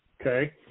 Okay